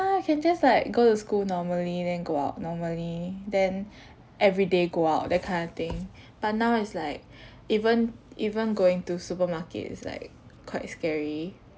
ya we can just like go to school normally then go out normally then every day go out that kind of thing but now it's like even even going to supermarket is like quite scary